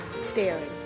staring